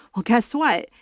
well, guess what?